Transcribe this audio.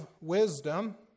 wisdom